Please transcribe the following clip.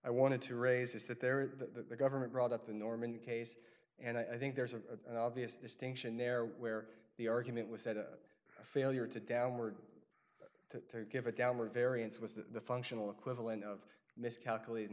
i wanted to raise is that they're the government brought up the norman case and i think there's a obvious distinction there where the argument was that a failure to downward to give a downward variance was the functional equivalent of miscalculati